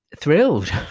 Thrilled